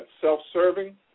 self-serving